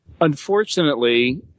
Unfortunately